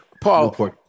Paul